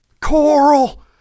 coral